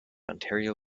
ontario